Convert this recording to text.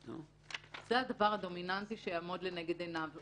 זה הדבר הדומיננטי שיעמוד לנגד עיניו,